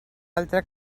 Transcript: altra